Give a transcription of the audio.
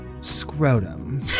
Scrotum